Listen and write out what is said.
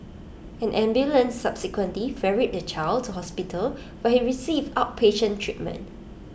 an ambulance subsequently ferried the child to hospital where he received outpatient treatment